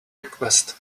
request